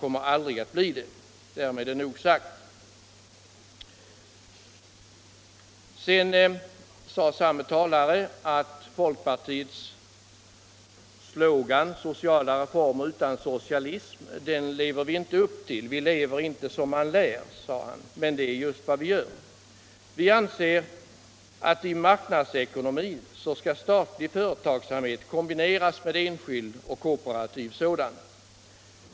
Samme talare sade att folkpartiet inte lever upp till sin slogan Sociala reformer utan socialism. Vi lever alltså inte som vi lär, sade han. Men det är just vad vi gör. Vi anser att i marknadsekonomin skall statlig företagsamhet kombineras med enskild och kooperativ sådan.